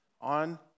on